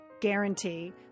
guarantee